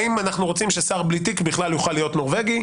האם אנחנו רוצים ששר בלי תיק יוכל להיות נורבגי?